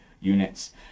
units